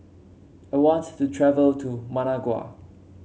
I want to travel to Managua